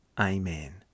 Amen